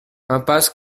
impasse